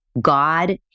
God